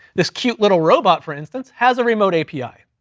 this cute little robot, for instance, has a remote api.